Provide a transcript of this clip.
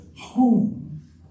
home